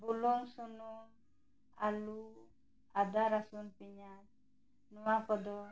ᱵᱩᱞᱩᱝ ᱥᱩᱱᱩᱢ ᱟᱹᱞᱩ ᱟᱫᱟ ᱨᱟᱹᱥᱩᱱ ᱯᱮᱭᱟᱡᱽ ᱱᱚᱣᱟ ᱠᱚᱫᱚ